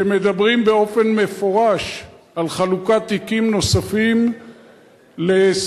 שמדברים באופן מפורש על חלוקת תיקים נוספים למועמדים